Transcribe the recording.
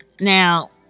Now